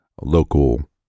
local